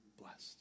blessed